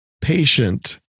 patient